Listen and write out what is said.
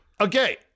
okay